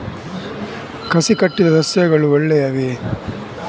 ಕಸಿ ಕಟ್ಟಿದ ಸಸ್ಯಗಳು ಒಳ್ಳೆಯವೇ?